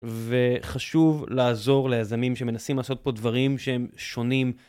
וחשוב לעזור ליזמים שמנסים לעשות פה דברים שהם שונים.